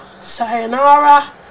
sayonara